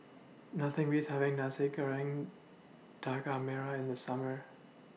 Nothing Beats having Nasi Goreng Daging Merah in The Summer